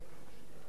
או שתי פנים,